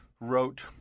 wrote